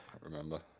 remember